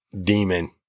demon